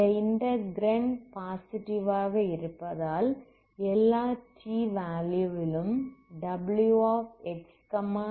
இந்த integrand positive ஆக இருப்பதால் எல்லா t வேல்யூவிலும் wxt0